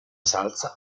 salsa